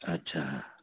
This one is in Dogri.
अच्छा